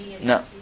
No